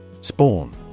Spawn